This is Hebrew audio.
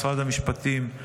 משרד המשפטים,